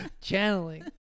channeling